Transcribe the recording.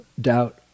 doubt